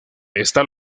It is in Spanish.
está